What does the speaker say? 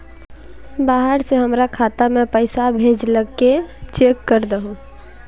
बाहर से हमरा खाता में पैसा भेजलके चेक कर दहु?